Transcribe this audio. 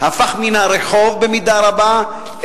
מן הרחוב אל,